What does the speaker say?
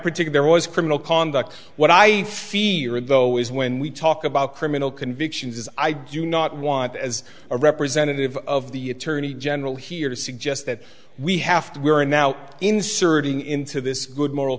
particular was criminal conduct what i fear though is when we talk about criminal convictions i do not want as a representative of the attorney general here to suggest that we have to we are now inserting into this good moral